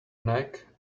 neck